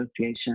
Association